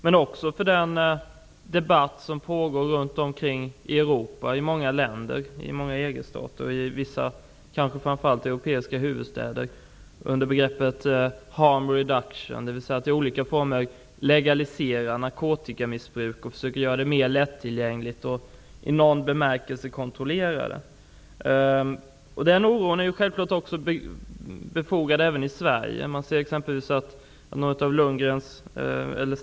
Det finns också en oro som föranleds av den debatt som förs i många EG stater, framför allt i många europeiska huvudstäder, om att i olika former legalisera narkotikamissbruk och i kontrollerade former göra narkotika mer lättillgängligt, dvs. det som brukar kallas för harm-reduction. Den oron är självfallet befogad här i Sverige.